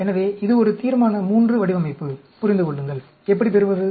எனவே இது ஒரு தீர்மான III வடிவமைப்பு புரிந்து கொள்ளுங்கள் எப்படி பெறுவது